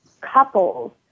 couples